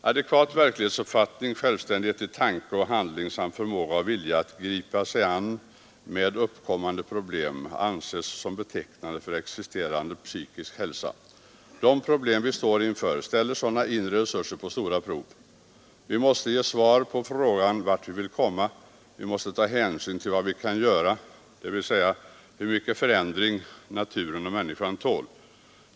Adekvat verklighetsuppfattning, självständighet i tanke och handling samt förmåga och vilja att gripa sig an med uppkommande problem anses som betecknande för existerande psykisk hälsa. De problem vi står inför ställer sådana inre resurser på stora prov. Vi måste ge svar på frågan vart vi vill komma. Vi måste ta hänsyn till vad vi kan göra, dvs. till hur mycket förändring naturen och människan tål.